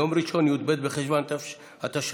להזכירכם, ביום ראשון, י"ב בחשוון התש"ף,